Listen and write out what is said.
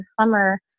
summer